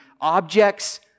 objects